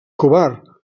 covard